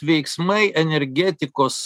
veiksmai energetikos